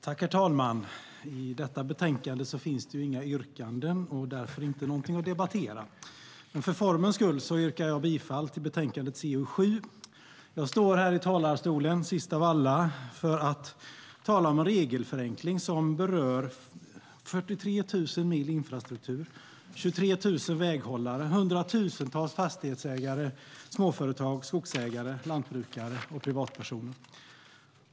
Herr talman! I detta betänkande finns inga yrkanden och därför inte någonting att debattera. Men för formens skull yrkar jag bifall till utskottets förslag i betänkandet CU7. Jag står här i talarstolen sist av alla för att tala om en regelförenkling som berör 43 000 mil infrastruktur och 23 000 väghållare, hundratusentals fastighetsägare, småföretag, skogsägare, lantbrukare och privatpersoner.